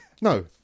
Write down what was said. No